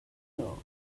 here